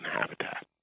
habitat